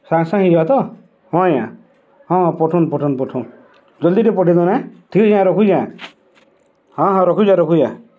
ସାଙ୍ଗେ ସାଙ୍ଗ୍ ହେଇଯିବା ତ ଆଜ୍ଞା ହଁ ପଠୁନ୍ ପଠନ୍ ପଠନ୍ ଜଲ୍ଦି ଟିକେ ପଠେଇଦିଅନ୍ ହେଁ ଠିକ୍ ଅଛେ ଆଜ୍ଞା ରଖୁଚେଁ ହଁ ହଁ ରଖୁଚେଁ ରଖୁଚେଁ